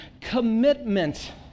commitment